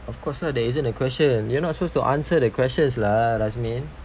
of course lah there isn't a question you're not supposed to answer that questions lah rasmin